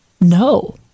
no